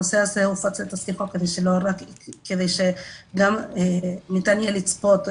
הנושא הזה הופץ לתזכיר חוק כדי שגם ניתן יהיה לצפות,